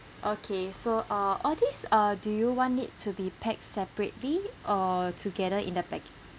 okay so uh all these uh do you want it to be packed separately or together in the pack~